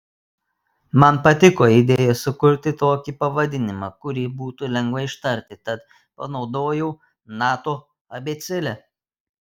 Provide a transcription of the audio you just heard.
man patiko idėja sukurti tokį pavadinimą kurį būtų lengva ištarti tad panaudojau nato abėcėlę